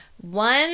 One